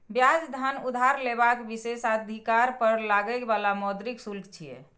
ब्याज धन उधार लेबाक विशेषाधिकार पर लागै बला मौद्रिक शुल्क छियै